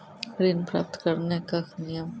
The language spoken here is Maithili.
ऋण प्राप्त करने कख नियम?